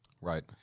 Right